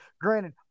granted